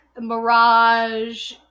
mirage